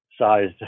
sized